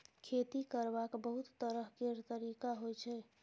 खेती करबाक बहुत तरह केर तरिका होइ छै